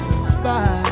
spy